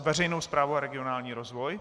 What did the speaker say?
Veřejnou správu a regionální rozvoj?